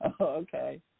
okay